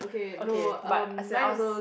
okay but as in us